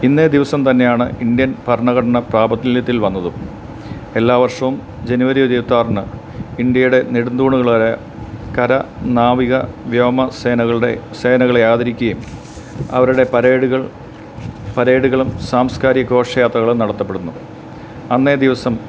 ഇന്നേ ദിവസം തന്നെയാണ് ഇന്ത്യൻ ഭരണഘടന പ്രാബല്യത്തിൽ വന്നതും എല്ലാ വർഷവും ജനുവരി ഇരുപത്തി ആറിന് ഇന്ത്യയുടെ നെടും തൂണുകൾ ആയ കര നാവിക വ്യോമസേനകളുടെ സേനകളെ ആദരിക്കുകയും അവരുടെ പരേഡുകൾ പരേഡുകളും സാംസ്കാരിക ഘോഷയാത്രകളും നടത്തപ്പെടുന്നു അന്നേ ദിവസം